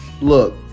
look